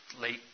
late